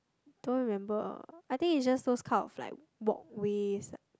don't remember uh I think is just those kind of like walkways like